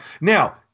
now